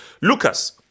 Lucas